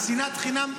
ושנאת חינם,